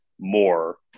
more